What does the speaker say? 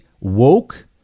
woke